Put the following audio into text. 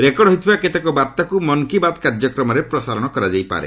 record ହୋଇଥିବା କେତେକ ବାର୍ତ୍ତାକୁ ମନ୍ କୀ ବାତ୍ କାର୍ଯ୍ୟକ୍ରମରେ ପ୍ରସାରଣ କରାଯାଇପାରେ